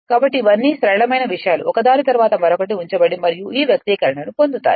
కాబట్టి ఇవన్నీ సరళమైన విషయాలు ఒక దాని తర్వాత మరొకటి ఉంచండి మరియు ఈ వ్యక్తీకరణను పొందుతారు